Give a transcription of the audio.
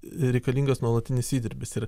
reikalingas nuolatinis įdirbis ir